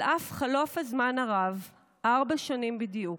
על אף חלוף הזמן הרב, ארבע שנים בדיוק,